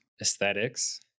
aesthetics